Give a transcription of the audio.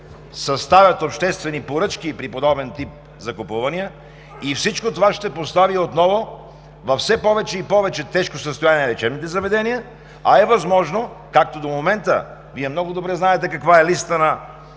съставят обществени поръчки при подобен тип закупувания. Всичко това ще постави отново все повече и повече във тежко състояние лечебните заведения. А е възможно, както до момента – Вие много добре знаете каква е листата